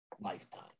lifetime